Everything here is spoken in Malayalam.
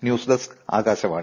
news desk Akashvani